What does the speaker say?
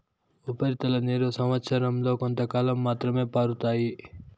ఉపరితల నీరు సంవచ్చరం లో కొంతకాలం మాత్రమే పారుతాయి